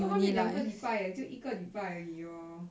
都还没有两个礼拜 eh 就一个礼拜而已 lor